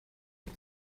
mit